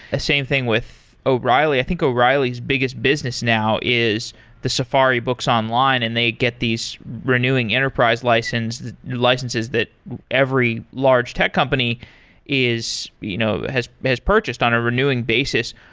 ah same thing with o'reilly. i think o'reilly's biggest business now is the safari books online and they get these renewing enterprise licenses licenses that every large tech company you know has has purchased on a renewing basis.